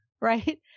right